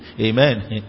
Amen